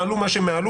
מעלו במה שמעלו,